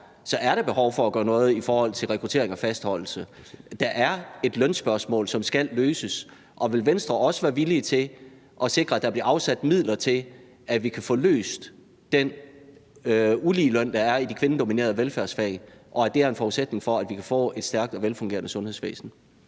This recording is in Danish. er, er der behov for at gøre noget i forhold til rekruttering og fastholdelse. Der er et lønspørgsmål, som skal løses. Og vil Venstre også være villige til at sikre, at der bliver afsat midler til, at vi kan få løst den uligeløn, der er i de kvindedominerede velfærdsfag, og at det er en forudsætning for, at vi kan få et stærkt og velfungerende sundhedsvæsen?